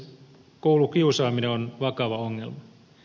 koulukiusaaminen on vakava ongelma